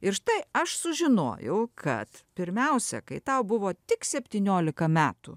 ir štai aš sužinojau kad pirmiausia kai tau buvo tik septyniolika metų